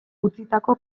utzitako